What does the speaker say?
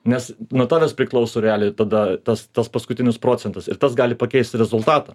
nes notaras priklauso realiai tada tas tuos paskutinius procentus ir tas gali pakeisti rezultatą